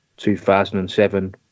2007